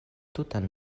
tutan